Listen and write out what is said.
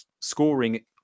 scoring